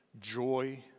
joy